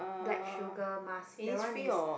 black sugar mask that one is